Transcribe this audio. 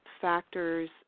factors